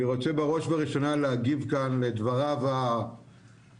אני רוצה בראש ובראשונה להגיב כאן לדבריו החצופים,